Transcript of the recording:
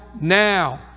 now